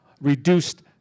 reduced